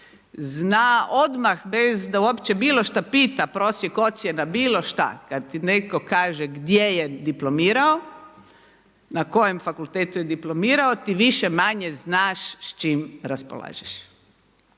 zna odmah bez da uopće bilo šta pita prosjek ocjena, bilo šta, kad ti netko kaže gdje je diplomirao, na kojem fakultetu je diplomirao ti više-manje znaš s čim raspolažeš.